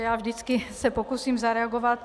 Já se vždycky pokusím zareagovat.